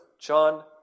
John